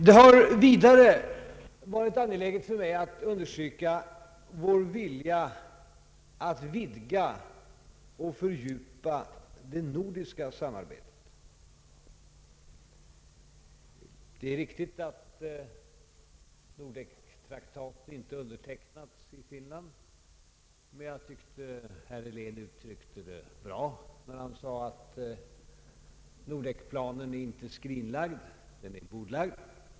Det har vidare varit angeläget för mig att understryka vår vilja att vidga och fördjupa det nordiska samarbetet. Det är riktigt att Nordek-traktaten inte undertecknats i Finland, men jag tyckte att herr Helén uttryckte det bra, när han sade att Nordek-planen inte är skrinlagd utan bordlagd.